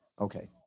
Okay